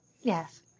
Yes